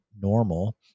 Normal